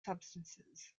substances